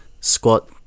Squat